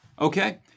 Okay